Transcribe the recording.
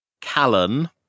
Callan